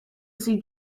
see